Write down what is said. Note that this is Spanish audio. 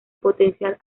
potencial